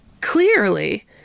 clearly